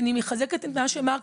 אני מחזקת את מה שנאמר,